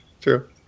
true